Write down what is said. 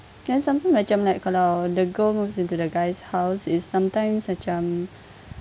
then sometime macam like kalau the girl moves into the guy's house is sometimes macam